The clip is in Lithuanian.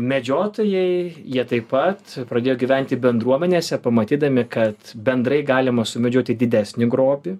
medžiotojai jie taip pat pradėjo gyventi bendruomenėse pamatydami kad bendrai galima sumedžioti didesnį grobį